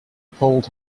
pulled